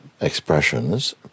expressions